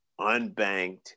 unbanked